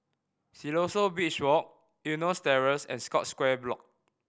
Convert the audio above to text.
Siloso Beach Walk Eunos Terrace and Scotts Square Block